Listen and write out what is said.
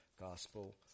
gospel